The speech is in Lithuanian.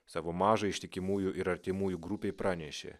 savo mažai ištikimųjų ir artimųjų grupei pranešė